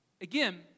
Again